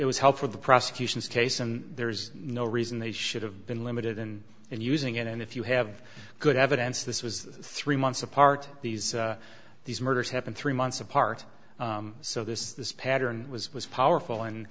it was help for the prosecution's case and there's no reason they should have been limited in and using it and if you have good evidence this was three months apart these these murders happened three months apart so this this pattern was was powerful and